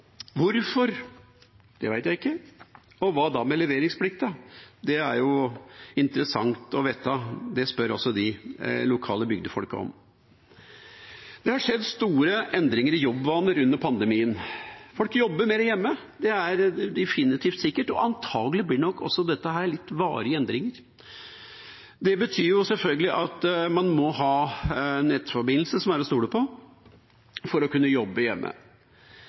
Jeg vet ikke hvorfor. Hva da med leveringsplikten? Det er interessant å vite, og det spør også de lokale bygdefolka om. Det har skjedd store endringer i jobbvaner under pandemien. Folk jobber mer hjemme, det er definitivt sikkert, og antakelig blir nok dette varige endringer. Det betyr selvfølgelig at man må ha en nettforbindelse som er til å stole på – for å kunne jobbe hjemme.